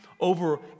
over